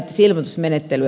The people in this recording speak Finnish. ehkä ei